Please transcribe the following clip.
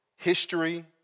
history